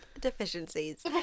deficiencies